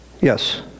yes